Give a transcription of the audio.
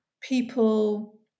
people